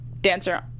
dancer